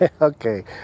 Okay